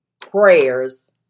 prayers